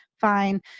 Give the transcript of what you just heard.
fine